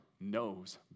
knows